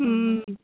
ও